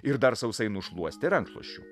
ir dar sausai nušluostė rankšluosčiu